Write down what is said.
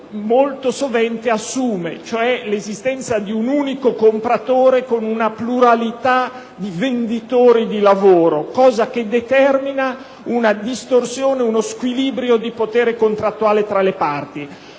molto sovente assume, cioè l'esistenza di un unico compratore con una pluralità di venditori di lavoro, cosa che determina uno squilibrio di potere contrattuale tra le parti.